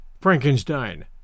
Frankenstein